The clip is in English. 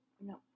No